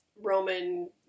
Roman